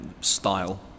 Style